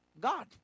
God